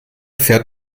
fährt